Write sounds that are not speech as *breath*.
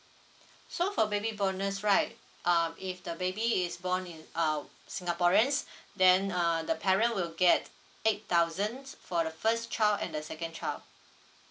*breath* so for baby bonus right um if the baby is born in uh singaporeans then uh the parent will get eight thousands for the first child and the second child